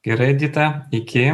gerai edita iki